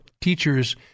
teachers